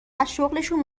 ازشغلشون